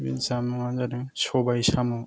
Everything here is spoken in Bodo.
बे जामुंआ जादों सबाय साम'